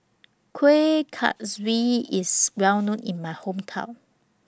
Kuih Kaswi IS Well known in My Hometown